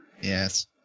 Yes